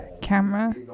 camera